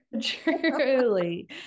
Truly